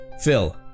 Phil